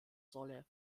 solle